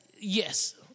Yes